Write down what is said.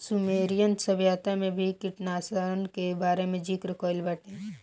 Sumerian सभ्यता में भी कीटनाशकन के बारे में ज़िकर भइल बाटे